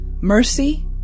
Mercy